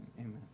amen